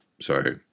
Sorry